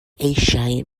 eisiau